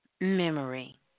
memory